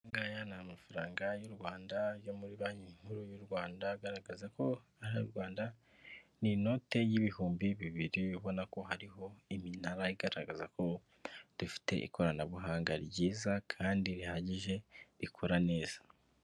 Ayangaya ni afaranga y' u Rwanda yo muri banki nkuru y'u Rwanda, agaragaza ko ari u Rwanda n'inote y'ibihumbi bibiri ubona ko hariho iminara igaragaza ko dufite ikoranabuhanga ryiza kandi rihagije, rikora neza.